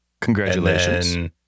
Congratulations